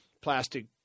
plastic